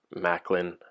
Macklin